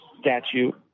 statute